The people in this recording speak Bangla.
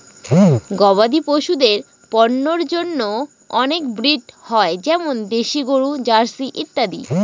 গবাদি পশুদের পন্যের জন্য অনেক ব্রিড হয় যেমন দেশি গরু, জার্সি ইত্যাদি